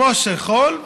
כמו חול,